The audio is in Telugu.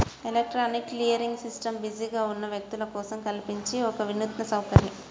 ఎలక్ట్రానిక్ క్లియరింగ్ సిస్టమ్ బిజీగా ఉన్న వ్యక్తుల కోసం కల్పించిన ఒక వినూత్న సౌకర్యం